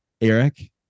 Eric